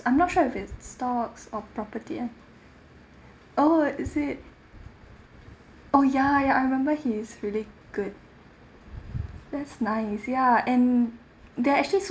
I'm not sure if it's stocks or property ah oh is it oh ya ya I remember he is really good that's nice ya and they actually